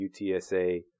UTSA